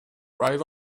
right